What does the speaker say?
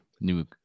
new